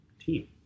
team